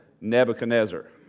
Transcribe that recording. Nebuchadnezzar